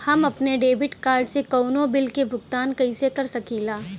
हम अपने debit card से कउनो बिल के भुगतान कइसे कर सकीला?